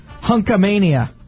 hunkamania